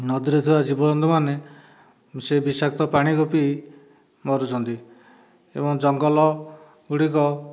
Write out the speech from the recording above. ନଦୀରେ ଥିବା ଜୀବଜନ୍ତୁମାନେ ସେ ବିଷାକ୍ତ ପାଣିକୁ ପିଇ ମରୁଛନ୍ତି ଏବଂ ଜଙ୍ଗଲ ଗୁଡ଼ିକ